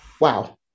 wow